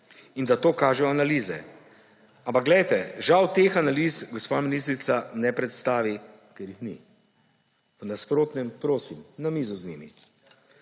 in da to kažejo analize. Ampak žal teh analiz gospa ministrica ne predstavi, ker jih ni. V nasprotnem, prosim, na mizo z njimi.